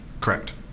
Correct